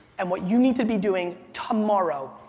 and what you need to be doing tomorrow,